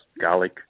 garlic